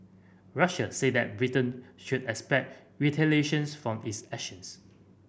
Russia said that Britain should expect retaliations for its actions